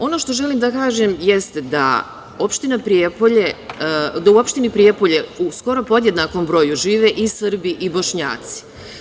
Ono što želim da kažem jeste da u opštini Prijepolje u skoro podjednakom broju žive i Srbi i Bošnjaci.